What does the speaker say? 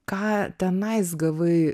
ką tenais gavai